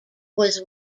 was